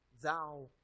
thou